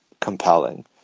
compelling